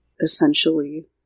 essentially